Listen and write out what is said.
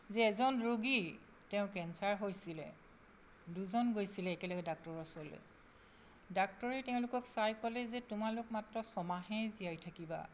যে এজন ৰোগী তেওঁৰ কেন্সাৰ হৈছিলে দুজন গৈছিলে একেলগে ডাক্তৰৰ ওচৰলৈ ডাক্তৰে তেওঁলোকক চাই ক'লে যে তোমালোক মাত্ৰ ছমাহহে জীয়াই থাকিবা